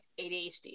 ADHD